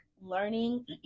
learning